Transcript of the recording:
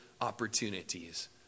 opportunities